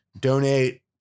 donate